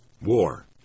War